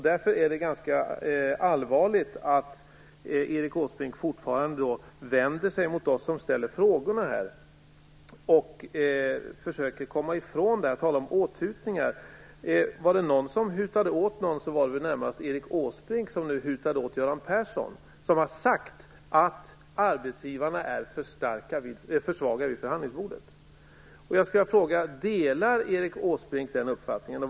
Därför är det ganska allvarligt att Erik Åsbrink vänder sig emot oss som ställer frågorna och försöker att komma ifrån problemet. Han talade om åthutningar. Var det någon som hutade åt någon var det väl närmast Erik Åsbrink som hutade åt Göran Persson. Han har nämligen sagt att arbetsgivarna är för svaga vid förhandlingsbordet. Jag vill då fråga: Delar Erik Åsbrink den uppfattningen?